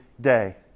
day